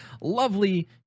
lovely